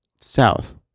South